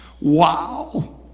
wow